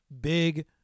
big